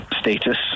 status